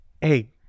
Hey